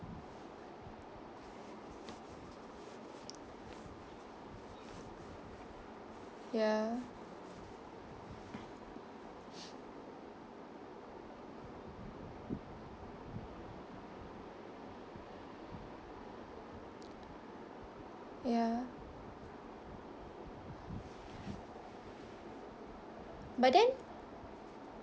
ya ya but then